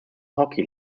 hockey